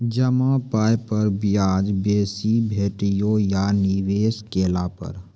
जमा पाय पर ब्याज बेसी भेटतै या निवेश केला पर?